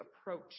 approach